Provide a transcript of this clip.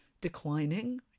declining